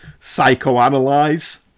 psychoanalyze